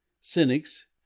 Cynics